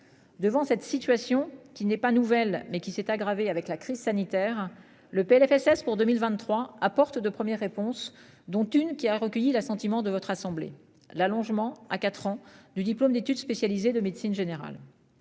Devant cette situation qui n'est pas nouvelle mais qui s'est aggravée avec la crise sanitaire, le Plfss pour 2023 apporte de premières réponses dont une qui a recueilli l'assentiment de votre assemblée l'allongement à 4 ans de diplôme d'études spécialisées de médecine générale.--